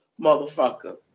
motherfucker